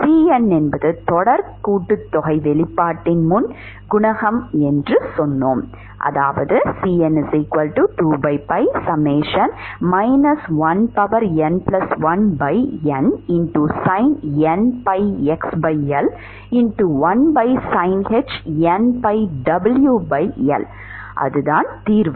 Cn என்பது தொடர் கூட்டுத்தொகை வெளிப்பாட்டின் முன் குணகம் என்று சொன்னோம் இது Cn2n1nsin⁡nπxL1sinh⁡nπwL அதுதான் தீர்வு